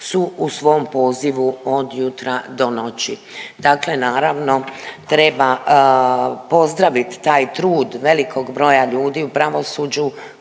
su u svom pozivu od jutra do noći. Dakle, naravno treba pozdravit taj trud velikog broja ljudi u pravosuđu